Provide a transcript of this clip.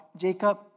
Jacob